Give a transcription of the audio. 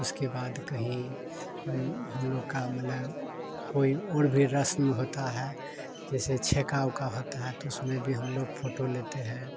उसके बाद कहीं हम लोग का मतलब कोई और भी रस्म होता है जैसे छेका उका होता है तो उसमें भी हम लोग फोटो लेते हैं